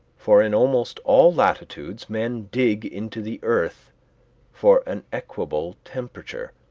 for in almost all latitudes men dig into the earth for an equable temperature.